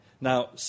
Now